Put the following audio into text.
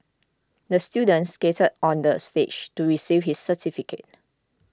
the student skated on the stage to receive his certificate